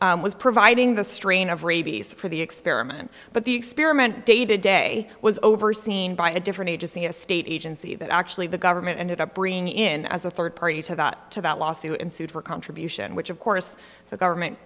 was providing the strain of rabies for the experiment but the experiment day to day was overseen by a different agency a state agency that actually the government ended up bringing in as a third party to that to that lawsuit and sued for contribution which of course the government